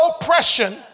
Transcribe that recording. oppression